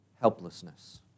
helplessness